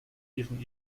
wegen